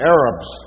Arabs